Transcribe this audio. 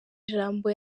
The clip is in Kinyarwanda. ijambo